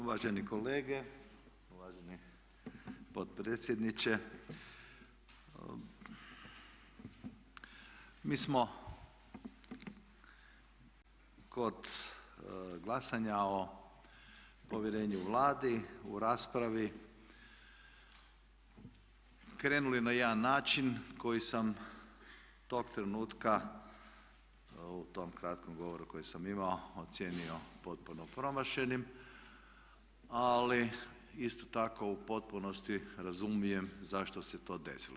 Uvaženi kolege, uvaženi potpredsjedniče mi smo kod glasanja o povjerenju Vladi u raspravi krenuli na jedan način koji sam tog trenutka, u tom kratkom govoru koji sam imao, ocijenio potpuno promašenim ali isto tako u potpunosti razumijem zašto se to desilo.